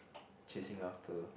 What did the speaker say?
chasing after